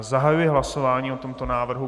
Zahajuji hlasování o tomto návrhu.